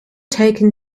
taken